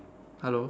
hello